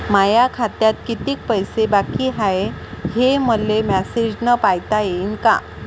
माया खात्यात कितीक पैसे बाकी हाय, हे मले मॅसेजन पायता येईन का?